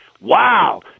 Wow